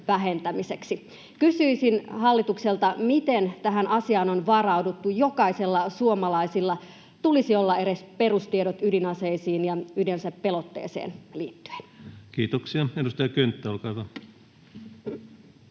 Kysyisin hallitukselta: miten tähän asiaan on varauduttu? Jokaisella suomalaisella tulisi olla edes perustiedot ydinaseisiin ja ydinasepelotteeseen liittyen. [Speech 27] Speaker: